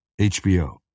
HBO